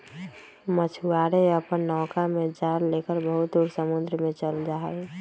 मछुआरे अपन नौका में जाल लेकर बहुत दूर समुद्र में चल जाहई